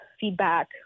feedback